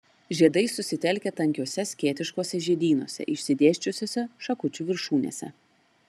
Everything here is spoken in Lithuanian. žiedai susitelkę tankiuose skėtiškuose žiedynuose išsidėsčiusiuose šakučių viršūnėse